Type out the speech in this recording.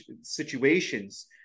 situations